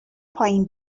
پایین